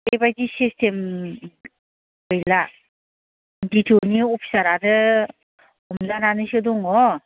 बेबायदि सिसथेम गैला D T O नि अफिसारानो हमजानानैसो दङ